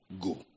Go